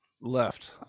Left